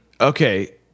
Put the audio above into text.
okay